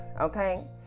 okay